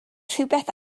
rhywbeth